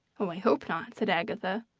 oh, i hope not, said agatha.